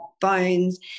bones